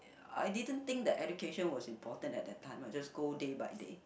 I didn't think that education was important at that time I just go day by day